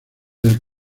del